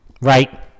Right